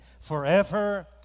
forever